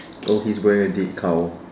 oh he is wearing a dead cow